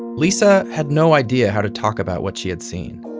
lisa had no idea how to talk about what she had seen.